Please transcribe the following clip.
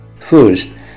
First